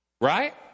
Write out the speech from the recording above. Right